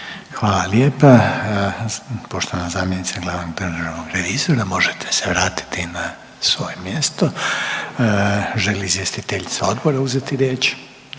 Hvala lijepa. Poštovana zamjenica glavnog državnog revizora možete se vratiti na svoje mjesto. Onda otvaram raspravu i